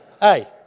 Hey